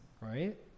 right